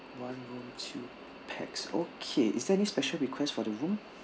one room two pax okay is there any special request for the room